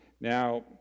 Now